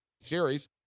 series